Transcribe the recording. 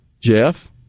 Jeff